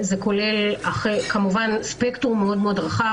הן כוללות ספקטרום מאוד מאוד רחב,